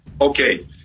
Okay